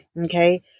Okay